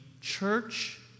church